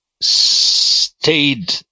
stayed